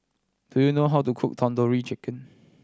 do you know how to cook Tandoori Chicken